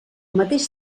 mateix